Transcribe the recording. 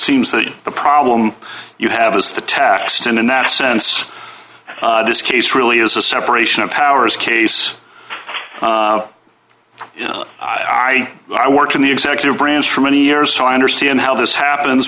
seems that the problem you have is the tax and in that sense this case really is a separation of powers case i i worked in the executive branch for many years so i understand how this happens